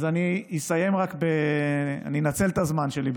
אז אני אנצל את הזמן שלי,